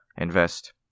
invest